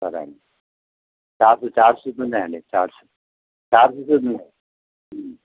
సరే అండి charts chart షీట్లు ఉన్నాయండి చార్ట్సు చార్ట్ షీట్లు ఉన్నాయి